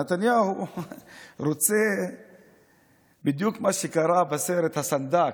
נתניהו רוצה בדיוק מה שקרה בסרט הסנדק,